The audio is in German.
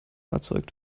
erzeugt